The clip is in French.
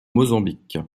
mozambique